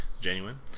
genuine